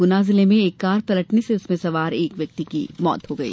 गुना जिले में एक कार पलटने से उसमें सवार एक व्यक्ति की मौत हो गई